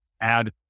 add